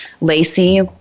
Lacey